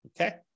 Okay